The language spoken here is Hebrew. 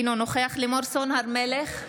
אינו נוכח לימור סון הר מלך,